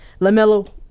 Lamelo